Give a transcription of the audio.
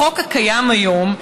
החוק הקיים כיום,